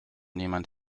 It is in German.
niemand